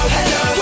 Hello